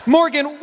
Morgan